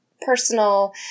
personal